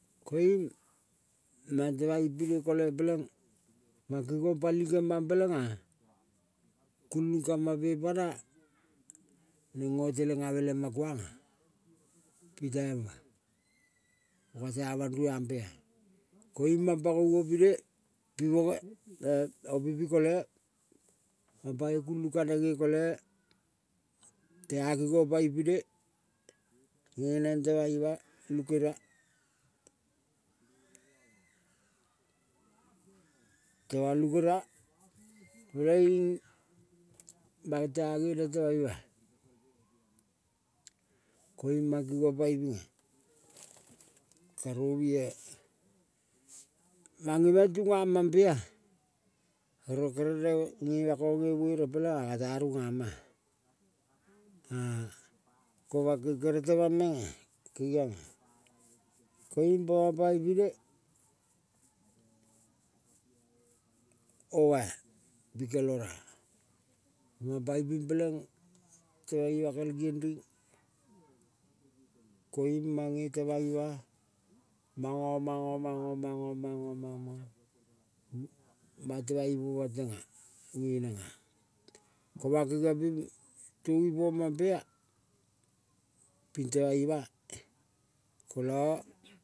Koiung mang temang ipine kole peleng, mang kengong pali kemang pelenga kulung ka mapepa na neng ngotelengave tema kuanga pitai mang katea mandruam pea koiung mang pangou ipine bi boge e-opi kole mang pangoi kulung kaneng nge kole tea kingong pangi pine ngeneng. Temang ima polukeria, temang lukeria peleing mange tea nge neng temang ima-a. Koiung mang kingong pangi pine, karovie mange meng tunga mampea. Oro kere rong ngema kong nge vere pelenga katea runga ma-a, a ko mamping kere temang menga kengionga koiung pamang pange pine oma-a pikel ora-a. Mang pange ping peleng temang ima kel giembi koiung mange temang ima manga, manga, manga, manga, manga, manga mang temang ipo mang tenga nge nenga. Ko mang kengiong ping tonge po mampea ping tema ima kola.